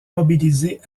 mobilisé